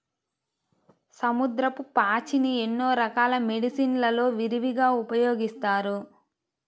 సముద్రపు పాచిని ఎన్నో రకాల మెడిసిన్ లలో విరివిగా ఉపయోగిస్తారు